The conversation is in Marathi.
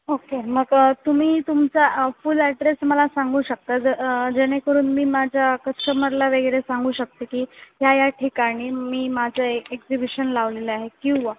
ओके मग तुम्ही तुमचा फुल ॲड्रेस मला सांगू शकता ज् जेणेकरून मी माझ्या कस्टमरला वगैरे सांगू शकते की ह्या ह्या ठिकाणी मी माझं एक्झिबिशन लावलेलं आहे किंवा